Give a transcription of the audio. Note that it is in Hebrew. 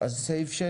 סעיף (6)